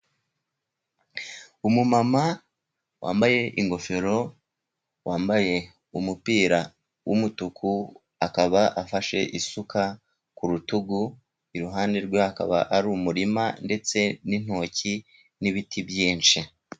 Umumama wambaye ingofero, wambaye umupira w'umutuku akaba afashe isuka ku rutugu, iruhande rwe hakaba hari umurima ndetse n'intoki n'ibiti byinshi.